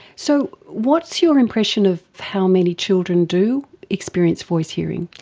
so what's your impression of how many children do experience voice hearing?